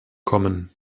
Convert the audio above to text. kommen